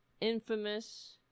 infamous